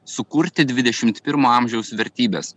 sukurti dvidešimt pirmo amžiaus vertybes